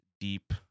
deep